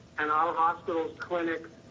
and our hospitals, clinics,